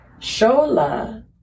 Shola